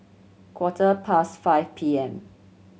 quarter past five P M